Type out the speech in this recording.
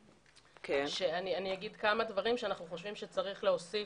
אני אגיד כמה דברים שאנחנו חושבים שצריך להוסיף,